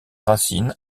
racine